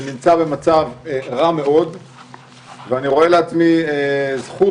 שנמצא במצב רע מאוד ואני רואה לעצמי זכות,